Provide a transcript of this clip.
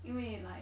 因为 like